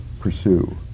pursue